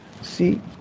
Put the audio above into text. See